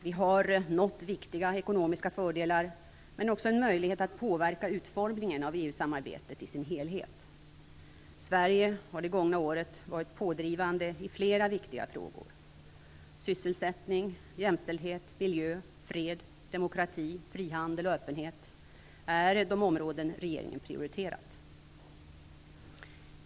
Vi har nått viktiga ekonomiska fördelar men också en möjlighet att påverka utformningen av EU-samarbetet i sin helhet. Sverige har det gångna året varit pådrivande i flera viktiga frågor. Sysselsättning, jämställdhet, miljö, fred, demokrati, frihandel och öppenhet är de områden som regeringen har prioriterat.